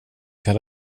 kan